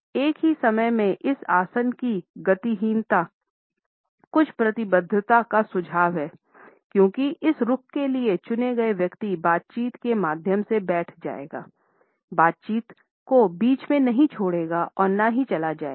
एक ही समय में इस आसन की गतिहीनता कुछ प्रतिबद्धता का सुझाव है क्योंकि इस रुख के लिए चुने गए व्यक्ति बातचीत के माध्यम से बैठ जाएगा बातचीत को बीच में नहीं छोड़ेगा और न ही चला जाएगा